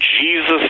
Jesus